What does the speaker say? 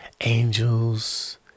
angels